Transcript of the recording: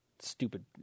Stupid